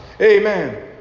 Amen